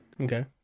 Okay